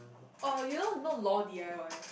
orh you know you know lol d_i_y